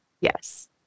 Yes